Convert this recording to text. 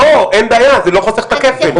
לא, אין בעיה, זה לא חוסך את הכסף.